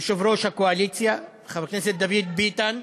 יושב-ראש הקואליציה חבר הכנסת דוד ביטן,